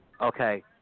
Okay